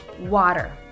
water